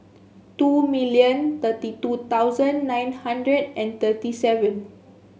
two million thirty two thousand nine hundred and thirty seven